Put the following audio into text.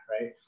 Right